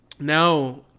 now